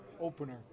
opener